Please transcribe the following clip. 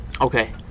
Okay